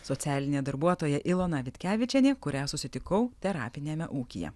socialinė darbuotoja ilona vitkevičienė kurią susitikau terapiniame ūkyje